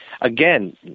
Again